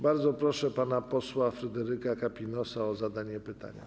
Bardzo proszę pana posła Fryderyka Kapinosa o zadanie pytania.